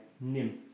NIM